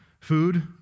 Food